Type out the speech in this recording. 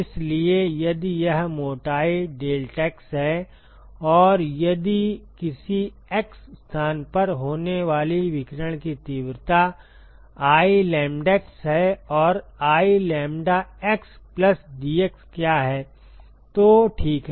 इसलिए यदि यह मोटाई डेल्टैक्स है और यदि किसी x स्थान पर होने वाली विकिरण की तीव्रता I लैम्ब्डैक्स है और I lambda x plus dx क्या है तो ठीक है